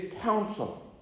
counsel